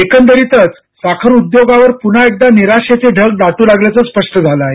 एकंदरीत साखर उद्योगावर पुन्हा एकदा निराशेचे ढग दाटू लागल्याचं स्पष्ट झालं आहे